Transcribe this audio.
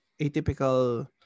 atypical